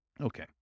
Okay